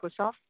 Microsoft